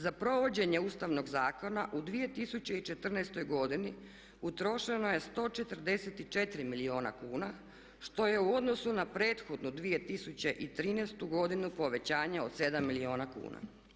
Za provođenje Ustavnog zakona u 2014. godini utrošeno je 144 milijuna kuna što je u odnosu na prethodnu 2013. godinu povećanje od 7 milijuna kuna.